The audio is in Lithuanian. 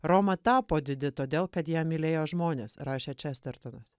roma tapo didi todėl kad ją mylėjo žmonės rašė čestertonas